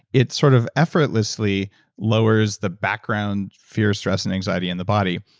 it sort of effortlessly lowers the background fear stress and anxiety in the body.